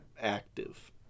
active